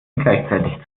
gleichzeitig